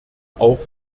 auch